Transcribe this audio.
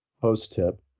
Post-tip